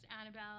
Annabelle